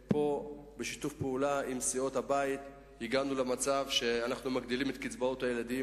בשיתוף פעולה עם סיעות הבית הגענו למצב שאנחנו מגדילים את קצבאות הילדים